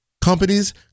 companies